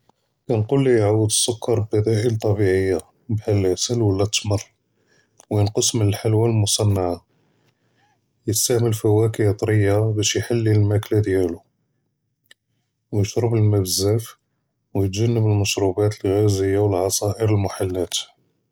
כַּאלְנְגוּלוּ יְעַוֶּץ אֶסְסֻכַּּר בִּבְּדַאאֵל טַבִּיעִיָה בְּחָאל אֶלְעַסַל וְלָא אֶתְתַּמְר, וְיִנְקֶס מִן אֶלְחְלוָואֵי אֶלְמֻצַּנְּעָה, וְיִסְתַעְמֶל פְוָואקֵּה טְרִיַּה בָּאש יְחַלִי אֶלְמַאכְּלָה דִּיַאלוּ, וְיִשְׁרְבּ אֶלְמָא בְּזַאף וְיִתְגַ'נֶּבּ אֶלְמַשְׁרוּבָּאת אֶלְעַ'אזִיָּה וְאֶלְעַצָאִ'ר אֶלְמֻחַלַאת.